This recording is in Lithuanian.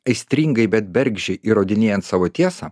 aistringai bet bergždžiai įrodinėjant savo tiesą